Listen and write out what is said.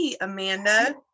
Amanda